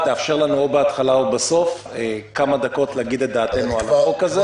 תאפשר לנו או בהתחלה או בסוף כמה דקות להגיד את דעתנו על החוק הזה,